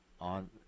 on